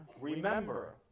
remember